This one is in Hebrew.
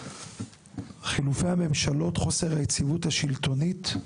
חילופי הממשלות וחוסר היציבות השלטונית.